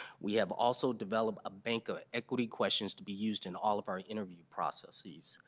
we have also developed a bank of equity questions to be used in all of our interview processes.